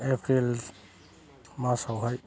April मासावहाय